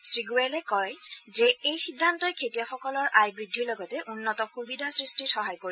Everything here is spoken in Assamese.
শ্ৰীগোৱেলে কয় যে এই সিদ্ধান্তই খেতিয়কসকলৰ আয় বৃদ্ধিৰ লগতে উন্নত সুবিধা সৃষ্টিত সহায় কৰিব